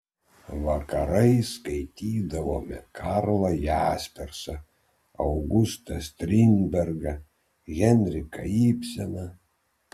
vakarais skaitydavome karlą jaspersą augustą strindbergą henriką ibseną